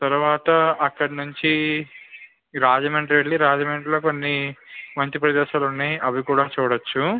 తరువాత అక్కడ నుంచి రాజమండ్రి వెళ్ళి రాజమండ్రిలో కొన్ని మంచి ప్రదేశాలు ఉన్నాయి అవి కూడా చూడవచ్చు